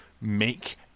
make